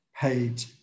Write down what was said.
paid